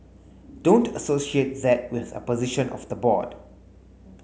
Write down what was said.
don't associate that with a position of the board